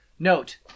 Note